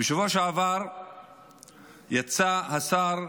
בשבוע שעבר יצא השר,